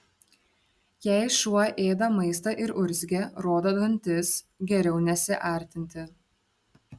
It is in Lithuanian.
jei šuo ėda maistą ir urzgia rodo dantis geriau nesiartinti